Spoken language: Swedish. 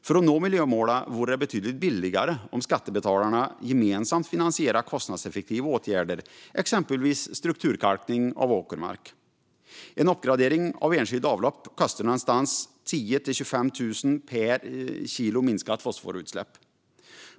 För att nå miljömålen vore det betydligt billigare om skattebetalarna gemensamt finansierade kostnadseffektiva åtgärder, exempelvis strukturkalkning av åkermark. En uppgradering av enskilda avlopp kostar 10 000-25 000 kronor per kilo minskat fosforutsläpp.